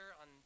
on